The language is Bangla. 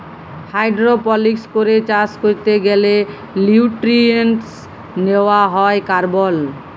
হাইড্রপলিক্স করে চাষ ক্যরতে গ্যালে লিউট্রিয়েন্টস লেওয়া হ্যয় কার্বল